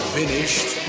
finished